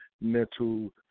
mental